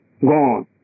gone